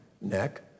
neck